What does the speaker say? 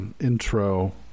intro